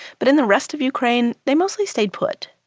but in the rest of ukraine, they mostly stayed put.